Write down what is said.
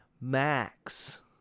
Max